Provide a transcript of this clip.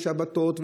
בשבתות,